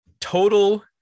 Total